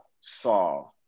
saw